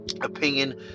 opinion